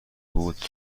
بود